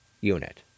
unit